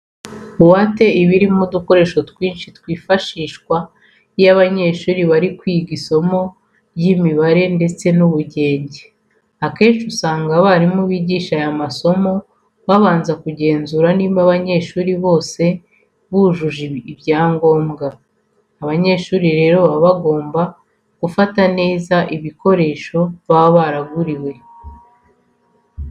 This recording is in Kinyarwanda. Buwate iba irimo udukoresho twinshi twifashishwa iyo abanyeshuri bari kwiga isomo ry'imibare ndetse n'ubugenge. Akenshi usanga abarimu bigisha aya masoma babanza kugenzura niba abanyeshuri bose bujuje ibyangombwa. Abanyeshuri rero baba bagomba gufata neza ibikoresho baba baraguriwe.